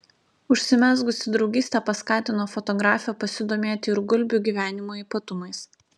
užsimezgusi draugystė paskatino fotografę pasidomėti ir gulbių gyvenimo ypatumais